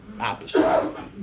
opposite